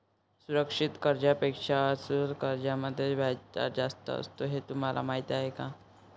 सुरक्षित कर्जांपेक्षा असुरक्षित कर्जांमध्ये व्याजदर जास्त असतो हे तुम्हाला माहीत आहे का?